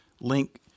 link